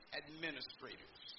administrators